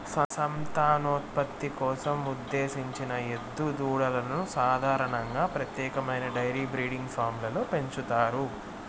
సంతానోత్పత్తి కోసం ఉద్దేశించిన ఎద్దు దూడలను సాధారణంగా ప్రత్యేకమైన డెయిరీ బ్రీడింగ్ ఫామ్లలో పెంచుతారు